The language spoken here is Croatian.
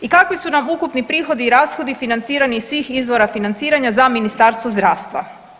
I kakvi su nam ukupni prihodi i rashodi financirani iz svih izvora financiranja za Ministarstvo zdravstva?